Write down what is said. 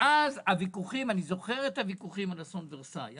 אני זוכר את הוויכוחים על אסון ורסאי,